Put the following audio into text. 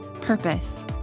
purpose